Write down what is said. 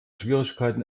schwierigkeiten